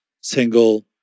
single